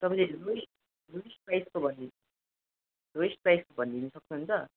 तपाईँले lowest lowest प्राइसको भनिदिनु सक्नु हुन्छ